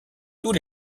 tous